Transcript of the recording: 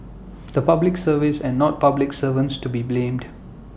the Public Service and not public servants to be blamed